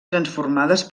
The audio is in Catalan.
transformades